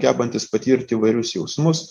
gebantis patirt įvairius jausmus